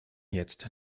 jetzt